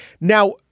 Now